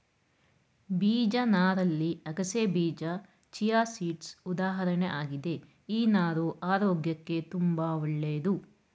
ಬೀಜ ನಾರಲ್ಲಿ ಅಗಸೆಬೀಜ ಚಿಯಾಸೀಡ್ಸ್ ಉದಾಹರಣೆ ಆಗಿದೆ ಈ ನಾರು ಆರೋಗ್ಯಕ್ಕೆ ತುಂಬಾ ಒಳ್ಳೇದು